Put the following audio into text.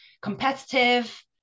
competitive